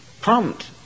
prompt